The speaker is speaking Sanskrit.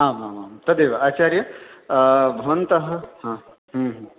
आम् आम् आम् तदेव आचार्य भवन्तः हां